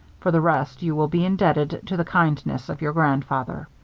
for the rest, you will be indebted to the kindness of your grandfather.